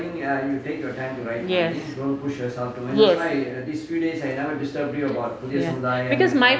yes good ya because my